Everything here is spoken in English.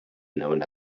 known